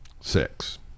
Six